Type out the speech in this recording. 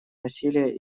насилие